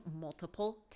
multiple